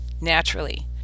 naturally